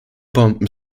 bomben